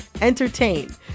entertain